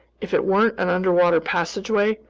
if it weren't an underwater passageway,